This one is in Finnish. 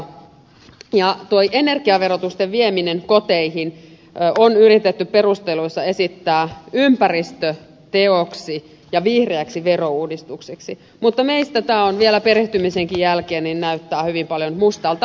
tuo energiaverotuksen vieminen koteihin on yritetty perusteluissa esittää ympäristöteoksi ja vihreäksi verouudistukseksi mutta meistä tämä vielä perehtymisenkin jälkeen näyttää hyvin paljon mustalta tasaverolta